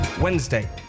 Wednesday